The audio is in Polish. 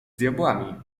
diabłami